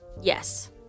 Yes